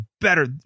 better